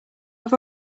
have